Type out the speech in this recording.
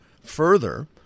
Further